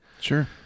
Sure